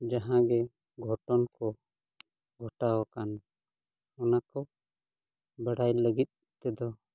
ᱡᱟᱦᱟᱸ ᱜᱮ ᱜᱷᱚᱴᱚᱱ ᱠᱚ ᱜᱷᱚᱴᱟᱣ ᱟᱠᱟᱱ ᱚᱱᱟ ᱠᱚ ᱵᱟᱰᱟᱭ ᱞᱟᱹᱜᱤᱫ ᱛᱮᱫᱚ